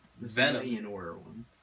Venom